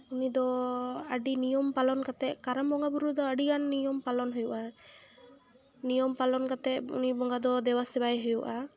ᱩᱱᱤ ᱫᱚ ᱟᱹᱰᱤ ᱱᱤᱭᱚᱢ ᱯᱟᱞᱚᱱ ᱠᱟᱛᱮᱫ ᱠᱟᱨᱟᱢ ᱵᱚᱸᱜᱟᱼᱵᱩᱨᱩ ᱫᱚ ᱟᱹᱰᱤᱜᱟᱱ ᱱᱤᱭᱚᱢ ᱯᱟᱞᱚᱱ ᱦᱩᱭᱩᱜᱼᱟ ᱱᱤᱭᱚᱢ ᱯᱟᱞᱚᱱ ᱠᱟᱛᱮᱫ ᱩᱱᱤ ᱵᱚᱸᱜᱟ ᱫᱚ ᱫᱮᱵᱟᱼᱥᱮᱵᱟᱭᱮ ᱦᱩᱭᱩᱜᱼᱟ